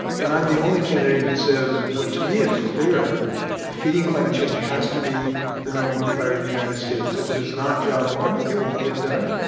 and i'm the only candidate who says what, to me, is clear defeating climate change has to be the no. one priority of the united states. if it is not job one, it won't get done.